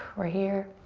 we're here